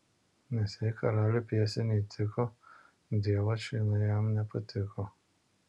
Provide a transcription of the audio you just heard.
nes jei karaliui pjesė neįtiko dievaž jinai jam nepatiko